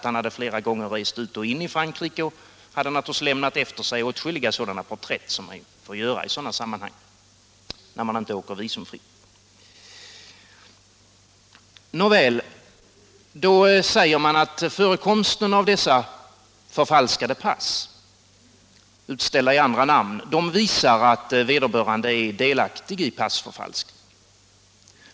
Han hade flera gånger rest ut och in i Frankrike och naturligtvis lämnat efter sig åtskilliga porträtt, som man gör i sådana sammanhang när man inte åker visumfritt. Nåväl, då säger man att förekomsten av dessa förfalskade pass, utställda i andra namn, visar att vederbörande är delaktig i passförfalskning.